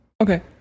Okay